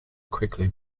quickly